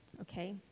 okay